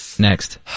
Next